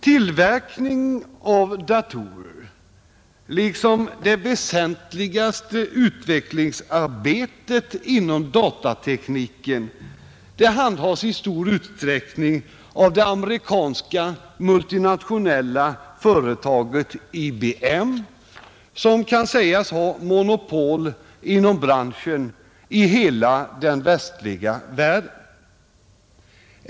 Tillverkning av datorer liksom det väsentligaste utvecklingsarbetet inom datatekniken handhas i stor utsträckning av det amerikanska multinationella företaget IBM som kan sägas ha monopol inom branschen i hela den västliga världen.